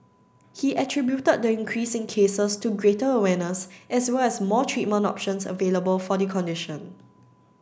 he attributed the increase in cases to greater awareness as well as more treatment options available for the condition